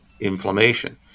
Inflammation